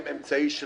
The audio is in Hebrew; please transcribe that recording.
הם אמצעי של